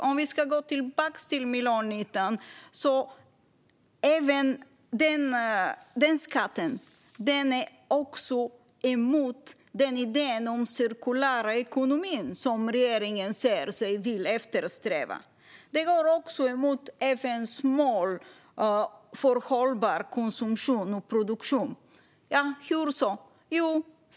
Om vi ska gå tillbaka till att tala om miljönyttan är den här skatten också emot idén om cirkulär ekonomi som regeringen säger sig vilja eftersträva. Den går också emot FN:s mål för hållbar konsumtion och produktion.